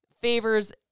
favors